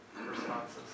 responses